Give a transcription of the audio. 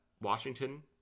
Washington